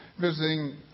visiting